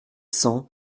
cents